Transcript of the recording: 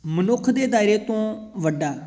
ਮਨੁੱਖ ਦੇ ਦਾਇਰੇ ਤੋਂ ਵੱਡਾ